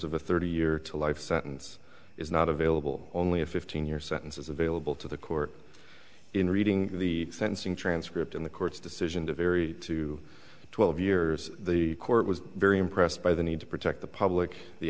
of a thirty year to life sentence is not available only a fifteen year sentence is available to the court in reading the sentencing transcript in the court's decision to vary to twelve years the court was very impressed by the need to protect the public the